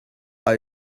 are